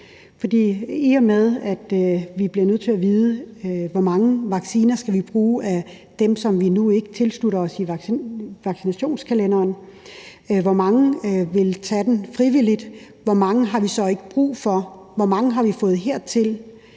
For vi bliver nødt til at vide: Hvor mange vacciner skal vi bruge af dem, som vi nu ikke tager i brug i vores vaccinationskalender? Hvor mange vil tage den frivilligt? Hvor mange har vi så ikke brug for? Hvor mange har vi fået hertil?